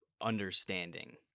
understanding